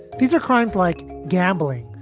these are crimes like gambling,